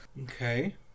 Okay